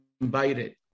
invited